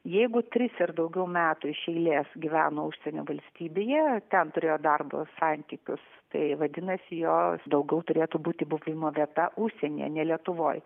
jeigu tris ir daugiau metų iš eilės gyveno užsienio valstybėje ten turėjo darbo santykius tai vadinasi jo daugiau turėtų būti buvimo vieta užsienyje ne lietuvoj